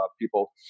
people